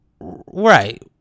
right